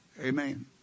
Amen